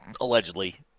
allegedly